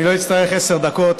אני לא אצטרך עשר דקות.